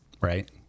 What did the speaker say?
Right